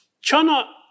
China